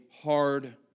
hard